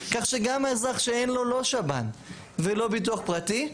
כך שגם האזרח שאין לו לא שב"ן ולא ביטוח פרטי,